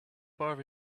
bar